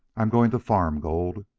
i'm going to farm gold.